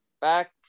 back